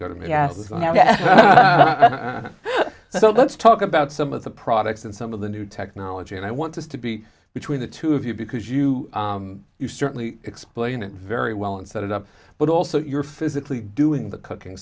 so let's talk about some of the products and some of the new technology and i want to to be between the two of you because you you certainly explain it very well and set it up but also you're physically doing the cooking